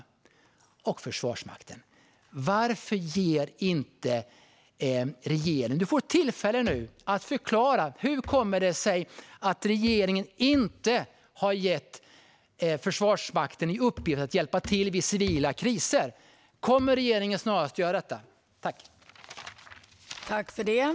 Morgan Johansson får nu tillfälle att förklara hur det kommer sig att regeringen inte har gett Försvarsmakten i uppgift att hjälpa till vid civila kriser. Kommer regeringen snarast att göra detta?